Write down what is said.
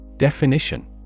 Definition